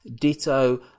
Ditto